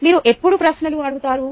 మీరు ఎప్పుడు ప్రశ్నలు అడిగారు